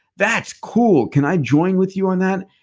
that's cool. can i join with you on that?